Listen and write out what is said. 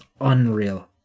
unreal